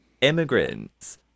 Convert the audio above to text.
immigrants